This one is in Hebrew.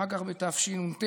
אחר כך, בתשנ"ט,